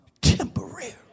temporary